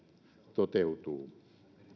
toteutuu